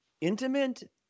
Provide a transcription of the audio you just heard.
intimate